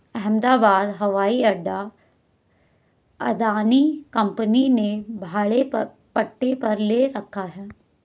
अहमदाबाद हवाई अड्डा अदानी कंपनी ने भाड़े पट्टे पर ले रखा है